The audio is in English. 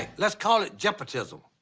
lets call it jep-otism.